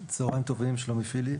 צוהריים טובים, שלומי פיליפ.